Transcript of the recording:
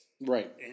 Right